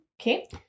okay